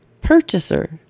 purchaser